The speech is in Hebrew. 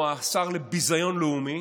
או השר לביזיון לאומי,